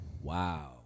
Wow